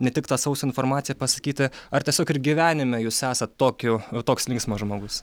ne tik tą sausą informaciją pasakyti ar tiesiog ir gyvenime jūs esat tokiu toks linksmas žmogus